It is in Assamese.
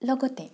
লগতে